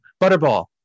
Butterball